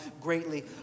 greatly